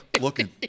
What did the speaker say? looking